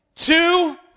Two